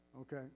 okay